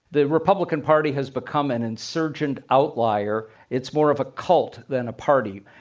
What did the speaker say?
the republican party has become an insurgent outlier. it's more of a cult than a party